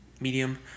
Medium